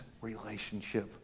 relationship